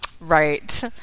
right